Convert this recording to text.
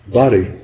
body